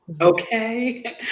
Okay